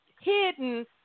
hidden